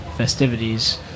festivities